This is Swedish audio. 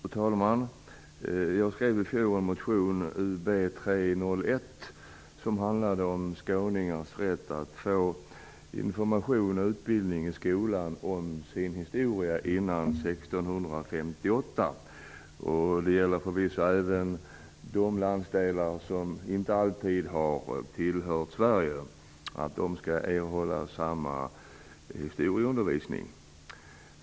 Fru talman! Jag skrev i fjol en motion, Ub301, som handlade om skåningars rätt att få information och utbildning i skolan om sin historia före år 1658. Det gäller förvisso även de andra landsdelar som inte alltid har tillhört Sverige. Även de skall erhålla samma historieundervisning.